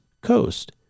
coast